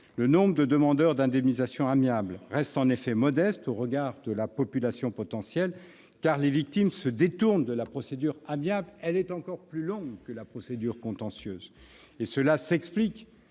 Le nombre de demandeurs d'indemnisation amiable reste effectivement modeste au regard de la population potentielle, car les victimes se détournent de la procédure amiable, qui est encore plus longue que la procédure contentieuse. Cela s'explique